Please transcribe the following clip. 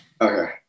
Okay